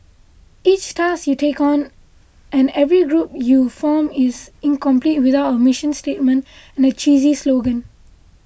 each task you take on and every group you form is incomplete without a mission statement and a cheesy slogan